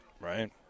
Right